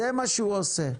זה מה שהוא עושה.